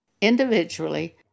individually